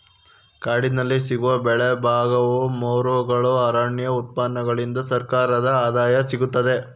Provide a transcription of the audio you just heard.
ಕಾಡಿನಲ್ಲಿ ಸಿಗುವ ಬೆಲೆಬಾಳುವ ಮರಗಳು, ಅರಣ್ಯ ಉತ್ಪನ್ನಗಳಿಂದ ಸರ್ಕಾರದ ಆದಾಯ ಸಿಗುತ್ತದೆ